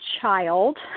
child